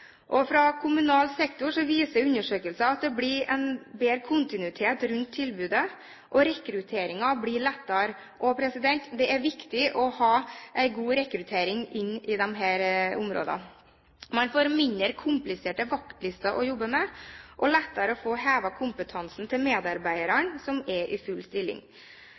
Fra kommunal sektor viser undersøkelser at det blir en bedre kontinuitet rundt tilbudet, og rekrutteringen blir lettere. Det er viktig å ha en god rekruttering på disse områdene. Man får mindre kompliserte vaktlister å jobbe med, og det blir lettere å få hevet kompetansen til medarbeidere som er i full stilling.